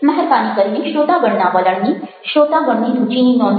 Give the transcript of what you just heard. મહેરબાની કરીને શ્રોતાગણના વલણની શ્રોતાગણની રૂચિની નોંધ લો